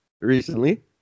recently